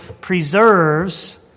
preserves